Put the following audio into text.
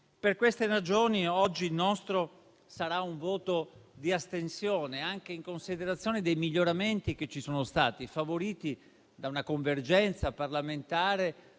Per queste ragioni oggi il nostro sarà un voto di astensione, anche in considerazione dei miglioramenti che ci sono stati, favoriti da una convergenza parlamentare,